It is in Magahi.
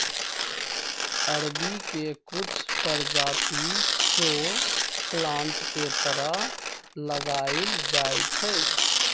अरबी के कुछ परजाति शो प्लांट के तरह लगाएल जाई छई